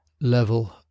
level